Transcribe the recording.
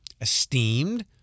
esteemed